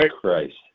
Christ